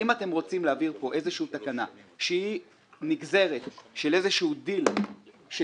אם אתם רוצים להעביר פה תקנה שהיא נגזרת של דיל שנסגר,